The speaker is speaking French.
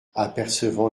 apercevant